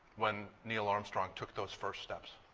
when neil armstrong took those first steps.